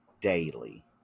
daily